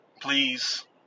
please